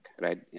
right